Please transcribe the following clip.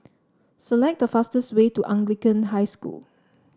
select the fastest way to Anglican High School